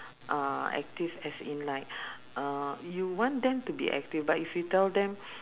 uh active as in like uh you want them to be active but if you tell them